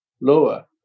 lower